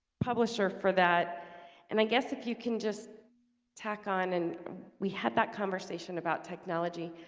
publisher for that and i guess if you can just tack on and we had that conversation about technology